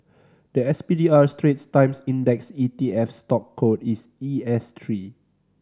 the S P D R Straits Times Index E T F stock code is E S three